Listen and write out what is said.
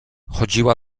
chodziła